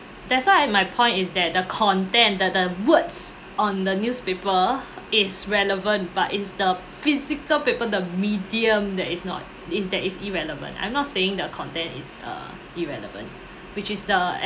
that's why my point is that the content the the words on the newspaper is relevant but it's the physical paper the medium that is not if there is irrelevant I'm not saying that content is uh irrelevant which is the